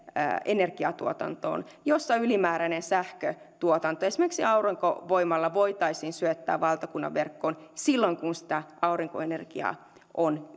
energiantuotantoon jossa ylimääräinen sähköntuotanto esimerkiksi aurinkovoimalla voitaisiin syöttää valtakunnan verkkoon silloin kun sitä aurinkoenergiaa on